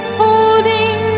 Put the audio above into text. holding